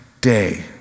day